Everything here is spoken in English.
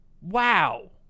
Wow